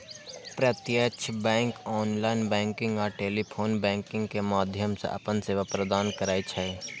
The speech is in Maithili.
प्रत्यक्ष बैंक ऑनलाइन बैंकिंग आ टेलीफोन बैंकिंग के माध्यम सं अपन सेवा प्रदान करै छै